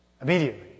Immediately